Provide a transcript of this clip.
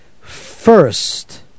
first